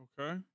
Okay